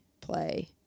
play